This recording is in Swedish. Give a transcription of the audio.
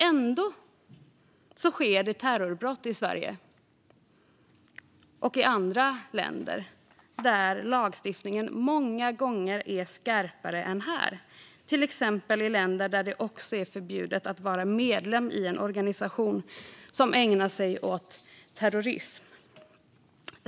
Ändå sker terrorbrott i Sverige och i andra länder där lagstiftningen många gånger är skarpare än här, till exempel i länder där det också är förbjudet att vara medlem i en organisation som ägnar sig åt terrorism.